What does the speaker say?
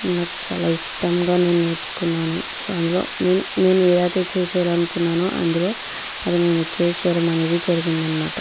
నాకు చాలా ఇష్టంగా నేను నేర్చుకున్నాను సో అందులో నేను నేను ఏదైతే అచీవ్ చెయ్యాలి అనుకున్నానో అందులో అది నేను అచీవ్ చేయడం అనేది జరిగింది అనమాట